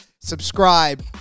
subscribe